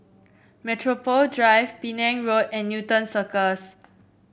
Metropole Drive Penang Road and Newton Cirus